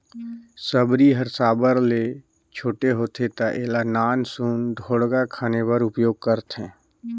सबरी हर साबर ले छोटे होथे ता एला नान सुन ढोड़गा खने बर उपियोग करथे